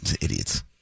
idiots